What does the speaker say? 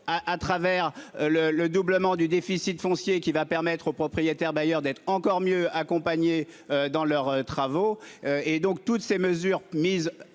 à travers le le doublement du déficit foncier qui va permettre aux propriétaires d'ailleurs d'être encore mieux accompagner. Dans leurs travaux et donc toutes ces mesures mises